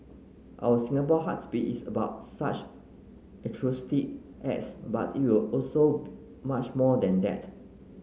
our Singapore Heartbeat is about such altruistic acts but it also much more than that